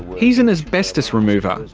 he's an asbestos remover.